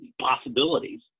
possibilities